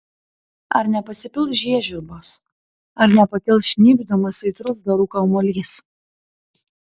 ar nepasipils žiežirbos ar nepakils šnypšdamas aitrus garų kamuolys